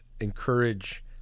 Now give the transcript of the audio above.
encourage